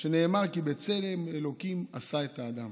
שנאמר: כי בצלם אלוקים עשה את האדם".